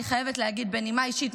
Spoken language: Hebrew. אני חייבת להגיד בנימה אישית,